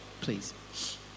please